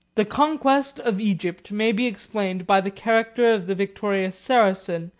the conquest of egypt may be explained by the character of the victorious saracen,